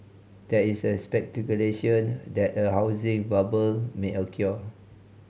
there is speculation that a housing bubble may occur